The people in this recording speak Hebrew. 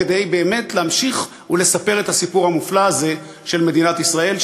כדי באמת להמשיך ולספר את הסיפור המופלא הזה של מדינת ישראל,